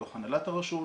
מתוך הנהלת הרשות,